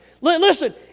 Listen